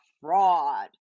fraud